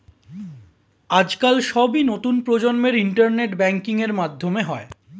আজকাল সবই নতুন প্রজন্মের ইন্টারনেট ব্যাঙ্কিং এর মাধ্যমে হয়